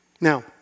Now